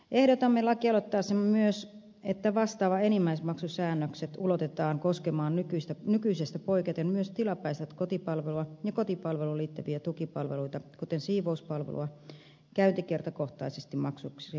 ehdotamme lakialoitteessamme myös että vastaavat enimmäismaksusäännökset ulotetaan koskemaan nykyisestä poiketen myös tilapäistä kotipalvelua ja kotipalveluun liittyviä tukipalveluita kuten siivouspalvelua käyntikertakohtaisiksi maksuiksi muunnettuna